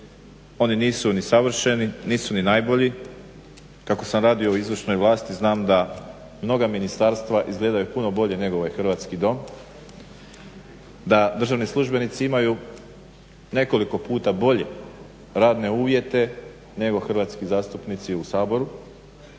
Oni nisu ni savršeni, nisu ni najbolji. Kako sam radio u izvršnoj vlasti znam da mnoga ministarstva izgledaju puno bolje nego ovaj hrvatski Dom, da državni službenici imaju nekoliko puta bolje radne uvjete nego zastupnici u Saboru